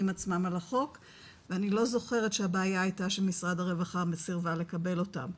עצמם על החוק ואני לא זוכרת שהבעיה הייתה שמשרד הרווחה סרב לקבל אותם.